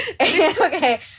Okay